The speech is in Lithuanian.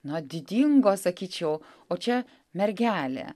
na didingo sakyčiau o čia mergelė